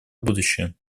будущее